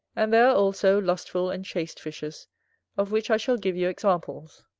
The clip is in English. and there are, also, lustful and chaste fishes of which i shall give you examples.